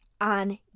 on